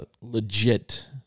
legit